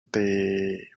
they